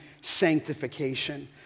sanctification